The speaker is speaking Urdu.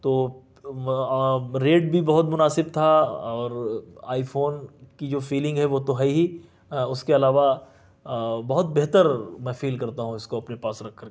تو ریٹ بھی بہت مناسب تھا اور آئی فون کی جو فیلنگ ہے وہ تو ہے ہی اس کے علاوہ بہت بہتر میں فیل کرتا ہوں اس کو اپنے پاس رکھ کر کے